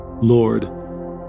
Lord